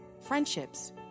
friendships